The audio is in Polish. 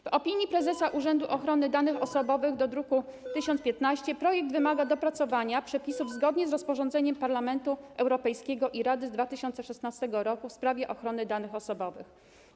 W opinii prezesa Urzędu Ochrony Danych Osobowych do druku nr 1015 projekt wymaga doprecyzowania przepisów zgodnie z rozporządzeniem Parlamentu Europejskiego i Rady z 2016 r. w sprawie ochrony danych osobowych.